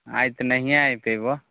आइ तऽ नहिए आबि पएबऽ